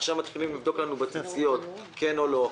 עכשיו מתחילים לבדוק לנו בציציות, כן או לא.